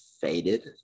faded